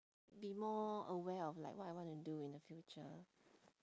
be more aware of like what I want to do in the future